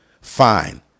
fine